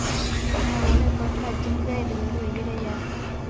మావోడి ఎకౌంటులో అర్జెంటుగా ఐదువేలు వేయిరయ్య